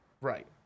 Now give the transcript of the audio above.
Right